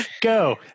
go